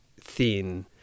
thin